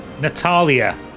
Natalia